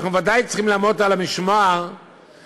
אנחנו ודאי צריכים לעמוד על המשמר שחוליות